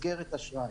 זה.